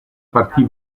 partì